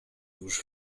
już